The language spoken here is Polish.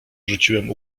rzuciłem